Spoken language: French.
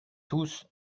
tous